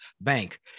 Bank